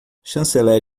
chanceler